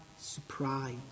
surprise